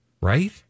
Right